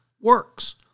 works